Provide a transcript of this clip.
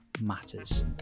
matters